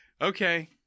okay